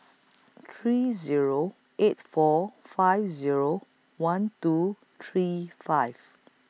three Zero eight four five Zero one two three five